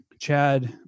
chad